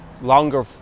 longer